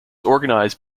organized